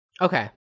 Okay